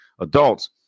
adults